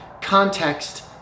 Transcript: Context